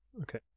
okay